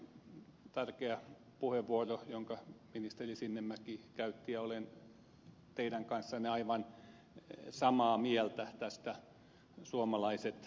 tämä oli tärkeä puheenvuoro jonka ministeri sinnemäki käytti ja olen teidän kanssanne aivan samaa mieltä tästä suomalaiset versus ei suomalaiset